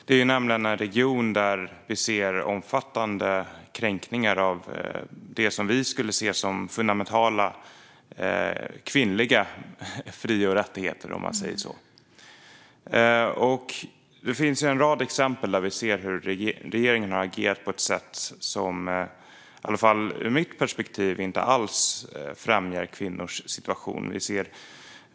Det är nämligen en region där vi ser omfattande kränkningar av det som vi skulle se som fundamentala kvinnliga fri och rättigheter, om man säger så. Det finns en rad exempel på att regeringen har agerat på ett sätt som, i alla fall ur mitt perspektiv, inte alls främjar kvinnors situation.